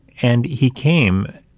and he came,